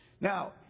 Now